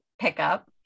pickup